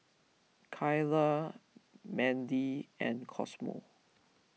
Keyla Mandi and Cosmo